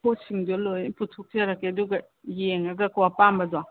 ꯄꯣꯠꯁꯤꯡꯗꯣ ꯂꯣꯏ ꯄꯨꯊꯣꯛꯆꯔꯛꯀꯦ ꯑꯗꯨꯒ ꯌꯦꯡꯉꯒꯀꯣ ꯑꯄꯥꯝꯕꯗꯣ